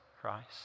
Christ